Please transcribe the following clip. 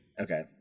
okay